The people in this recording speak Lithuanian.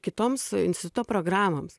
kitoms instituto programoms